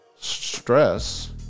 Stress